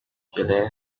guelleh